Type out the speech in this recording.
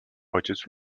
ojciec